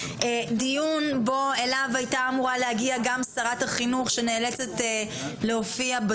דיון בו אליו הייתה אמורה להגיע גם שרת החינוך שנאלצת להופיע בזום.